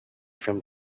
from